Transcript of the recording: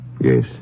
Yes